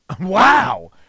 Wow